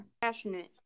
Passionate